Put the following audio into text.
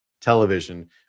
television